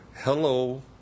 hello